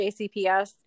JCPS